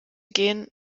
gehen